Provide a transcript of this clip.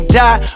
die